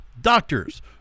Doctors